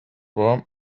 warm